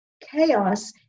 Chaos